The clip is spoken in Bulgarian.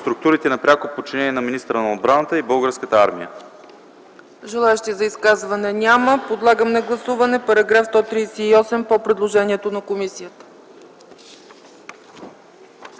структурите на пряко подчинение на министъра на отбраната и Българската армия”.” ПРЕДСЕДАТЕЛ ЦЕЦКА ЦАЧЕВА: Желаещи за изказване? Няма. Подлагам на гласуване § 138 по предложението на комисията.